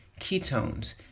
ketones